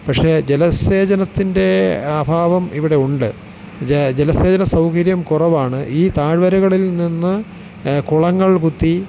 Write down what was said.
പക്ഷെ ജലസേചനത്തിൻ്റെ അഭാവം ഇവിടെ ഉണ്ട് ജലസേചന സൗകര്യം കുറവാണ് ഈ താഴ്വരകളിൽ നിന്ന് കുളങ്ങൾ കുത്തി